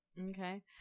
Okay